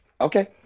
Okay